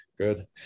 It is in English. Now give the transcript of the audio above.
Good